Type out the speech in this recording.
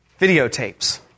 videotapes